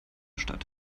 statt